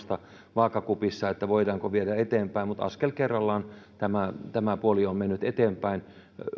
vaakakupissa että voidaanko viedä eteenpäin mutta askel kerrallaan tämä tämä puoli on mennyt eteenpäin